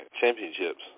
championships